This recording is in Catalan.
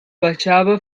baixava